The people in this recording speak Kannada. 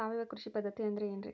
ಸಾವಯವ ಕೃಷಿ ಪದ್ಧತಿ ಅಂದ್ರೆ ಏನ್ರಿ?